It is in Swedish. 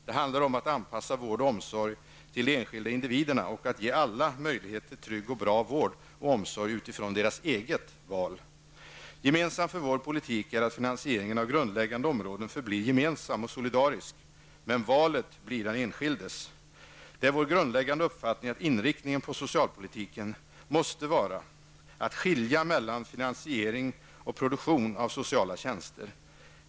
Det handlar om att anpassa vård och omsorg till de enskilda individerna och att ge alla möjlighet till trygg och bra vård och omsorg utifrån deras eget val. Utmärkande för vår politik är att finansieringen av grundläggande områden förblir gemensam och solidarisk, men valet blir den enskildes. Det är vår grundläggande uppfattning att inriktningen på socialpolitiken måste vara att skilja mellan finansiering och produktion av sociala tjänster.